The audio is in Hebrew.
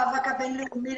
מחייה.